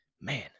Man